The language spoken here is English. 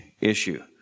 issue